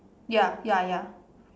ya ya ya